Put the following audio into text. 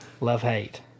Love-hate